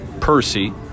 Percy